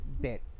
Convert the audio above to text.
bit